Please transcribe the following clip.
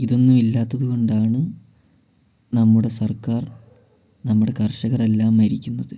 ഇതൊന്നും ഇല്ലാത്തത് കൊണ്ടാണ് നമ്മുടെ സർക്കാർ നമ്മുടെ കർഷകരെല്ലാം മരിക്കുന്നത്